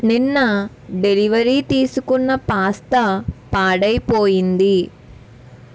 నిన్న డెలివరీ తీసుకున్న పాస్తా పాడైపోయింది